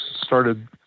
started